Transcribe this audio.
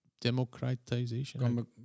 Democratization